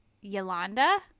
Yolanda